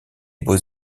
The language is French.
beaux